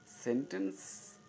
Sentence